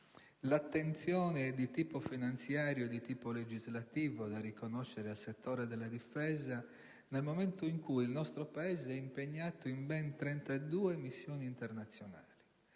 l'attenzione di tipo finanziario e di tipo legislativo da riconoscere al settore della difesa nel momento in cui il nostro Paese è impegnato in ben 32 missioni internazionali.